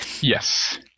Yes